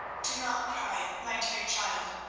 do not cry, my dear child,